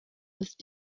ist